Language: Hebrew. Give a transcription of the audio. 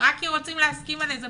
רק כי רוצים להסכים על איזו